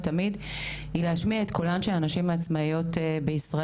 תמיד היא להשמיע את קולן של הנשים העצמאיות בישראל.